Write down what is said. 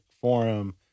forum